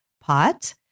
pot